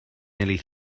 nearly